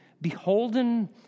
beholden